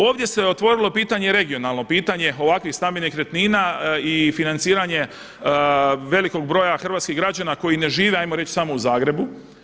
Ovdje se otvorilo pitanje, regionalno pitanje ovakvih stambenih nekretnina i financiranje velikog broja hrvatskih građana koji ne žive hajmo reći samo u Zagrebu.